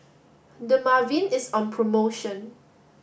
Dermaveen is on promotion